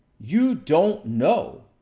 you don't know.